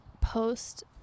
post